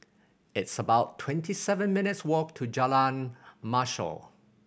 it's about twenty seven minutes' walk to Jalan Mashhor